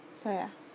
so ya